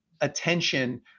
attention